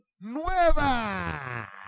Nueva